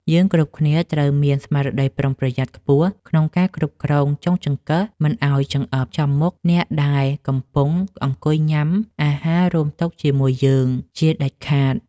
យើងគ្រប់គ្នាត្រូវមានស្មារតីប្រុងប្រយ័ត្នខ្ពស់ក្នុងការគ្រប់គ្រងចុងចង្កឹះមិនឱ្យចង្អុលចំមុខអ្នកដែលកំពុងអង្គុយញ៉ាំអាហាររួមតុជាមួយយើងជាដាច់ខាត។